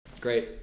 Great